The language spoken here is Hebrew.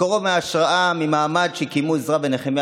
מקורו בהשראה ממעמד שקיימו עזרא ונחמיה